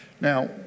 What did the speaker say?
Now